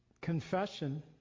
confession